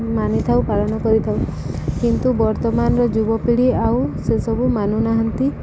ମାନିଥାଉ ପାଳନ କରିଥାଉ କିନ୍ତୁ ବର୍ତ୍ତମାନର ଯୁବପିଢ଼ି ଆଉ ସେସବୁ ମାନୁନାହାନ୍ତି